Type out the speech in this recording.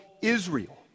Israel